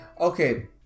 okay